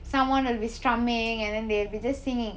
someone will be strumming and then they will be just singing